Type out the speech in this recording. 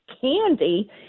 candy